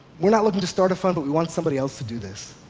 we're not looking to start a fund, but we want somebody else to do this.